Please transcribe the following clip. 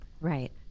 Right